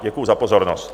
Děkuju za pozornost.